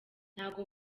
ntago